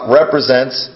represents